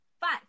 Five